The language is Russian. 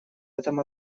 этом